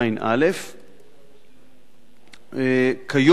כיום